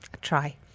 try